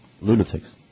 Lunatics